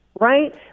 right